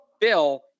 Bill